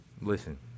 Listen